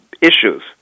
issues